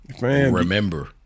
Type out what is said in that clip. remember